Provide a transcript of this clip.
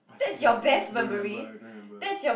I see don't remember eh don't remember eh don't remember eh